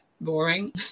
boring